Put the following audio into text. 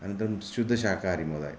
अनन्तरं शुद्धशाखाहारी महोदय